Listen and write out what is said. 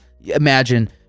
imagine